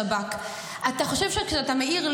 תשמע, אתה לא פוגע ולא מעליב